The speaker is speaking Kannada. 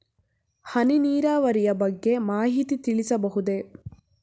ಹನಿ ನೀರಾವರಿಯ ಬಗ್ಗೆ ಮಾಹಿತಿ ತಿಳಿಸಬಹುದೇ?